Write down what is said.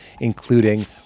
including